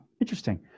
Interesting